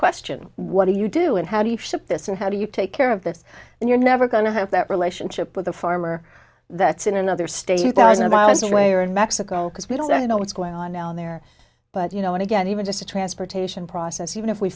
question what do you do and how do you ship this and how do you take care of this and you're never going to have that relationship with a farmer that's in another state thousand miles away or in mexico because we don't know what's going on down there but you know again even just a transportation process even if we